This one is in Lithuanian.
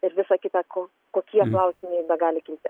ir visa kita ko kokie klausimai begali kilti